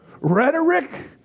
Rhetoric